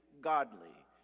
godly